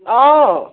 অঁ